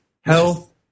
health